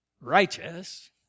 righteous